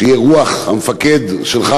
שתהיה רוח המפקד שלך,